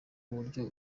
uburyo